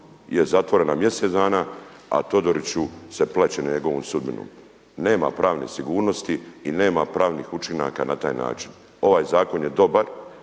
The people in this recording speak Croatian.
je zatvorena mjesec dana a Todoriću se plaće nad njegovom sudbinom. Nema pravne sigurnosti i nema pravne sigurnosti i nema pravnih učinaka na taj način. Ovaj zakon je dobar